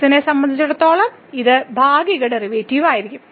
x നെ സംബന്ധിച്ചിടത്തോളം ഇത് ഭാഗിക ഡെറിവേറ്റീവ് ആയിരിക്കും